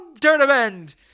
Tournament